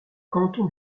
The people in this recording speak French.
canton